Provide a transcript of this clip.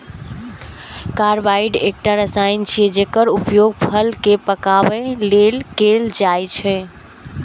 carbide एकटा रसायन छियै, जेकर उपयोग फल कें पकाबै लेल कैल जाइ छै